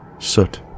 Soot